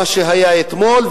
מה שהיה אתמול,